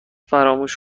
فراموش